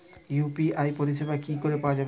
UPI পরিষেবা কি করে পাওয়া যাবে?